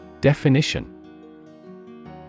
Definition